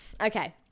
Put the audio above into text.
okay